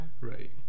Right